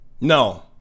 No